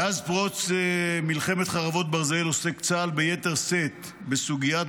מאז פרוץ מלחמת חרבות ברזל עוסק צה"ל ביתר שאת בסוגיית